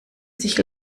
sich